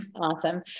awesome